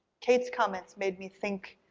kate's comments made me think